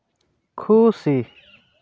ᱠᱷᱩᱥᱤ